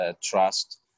trust